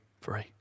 free